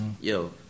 Yo